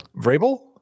Vrabel